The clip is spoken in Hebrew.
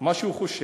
מה שהוא חושב